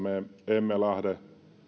emme lähde tähän